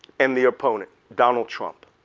and the opponent, donald trump.